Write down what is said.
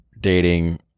dating